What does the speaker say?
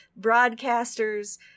broadcasters